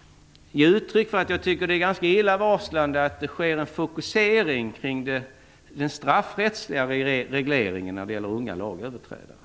- ge uttryck för att jag tycker att det är ganska illavarslande att det sker en fokusering på den straffrättsliga regleringen när det gäller unga lagöverträdare.